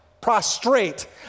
Prostrate